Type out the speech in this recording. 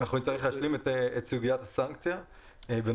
אנחנו נצטרך להשלים את סוגית הסנקציה -- איך?